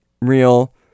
real